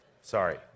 Sorry